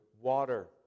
water